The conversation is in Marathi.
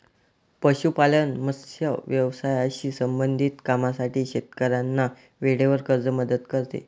पशुपालन, मत्स्य व्यवसायाशी संबंधित कामांसाठी शेतकऱ्यांना वेळेवर कर्ज मदत करते